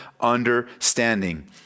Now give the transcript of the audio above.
understanding